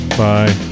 bye